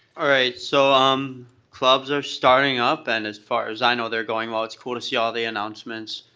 all right, so um clubs are starting up and as far as i know they're going well. it's cool to see all the announcements.